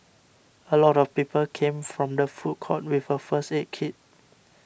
a lot of people came from the food court with a first aid kit